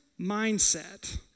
mindset